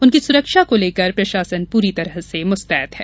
उनकी सुरक्षा को लेकर प्रशासन पूरी तरह से मुस्तैद है